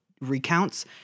recounts